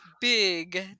big